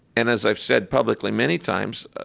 and as i've said publicly many times,